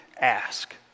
ask